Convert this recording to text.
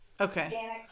Okay